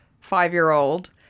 five-year-old